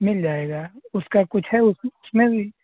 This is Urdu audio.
مِل جائے گا اُس کا کچھ ہے اُس میں بھی